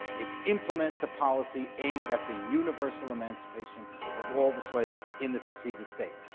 it implements a policy aimed at the universal emancipation of all the slaves in the seceded states.